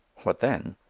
what then?